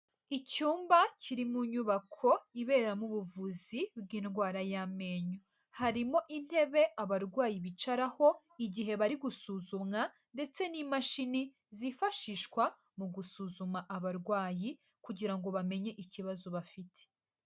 Icyumba kiri mu nyubako iberamo ubuvuzi bw'indwara y'amenyo. Harimo intebe abarwayi bicaraho igihe bari gusuzumwa ndetse n'imashini zifashishwa mu gusuzuma abarwayi kugira ngo bamenye ikibazo bafite.